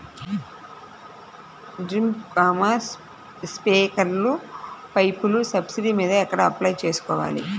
Drip, స్ప్రింకర్లు పైపులు subsidy మీద ఎక్కడ అప్లై చేసుకోవాలి?